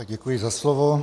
Děkuji za slovo.